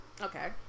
Okay